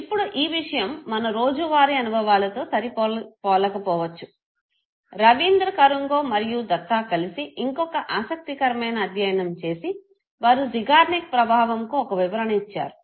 ఇప్పుడు ఈ విషయం మన రోజు వారీ అనుభవాలతో సరి పోలకపోవచ్చు రవీంద్ర కరుంగో మరియు దత్తా కలిసి ఇంకొక ఆసక్తికరమైన అధ్యయనం చేసి వారు జిగ్నర్నిక్ ప్రభావంకు ఒక వివరణ ఇచ్చారు